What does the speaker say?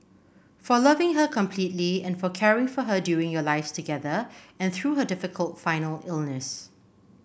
for loving her completely and for caring for her during your lives together and through her difficult final illness